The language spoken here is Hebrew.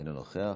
אינו נוכח.